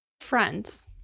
Friends